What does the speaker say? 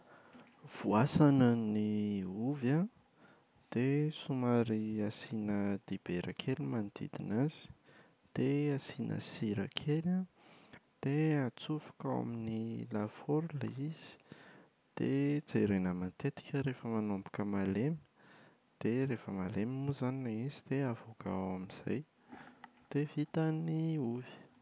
Voasana ny ovy an, dia somary asiana dibera kely manodidina azy, dia asiana sira kely an, dia atsofoka ao amin’ny lafaoro ilay izy, dia jerena matetika rehefa manomboka malemy, dia rehefa malemy moa izany ilay izy dia avoaka ao amin’izay, dia vita ny ovy.